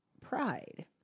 Pride